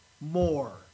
more